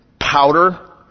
powder